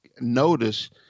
notice